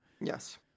Yes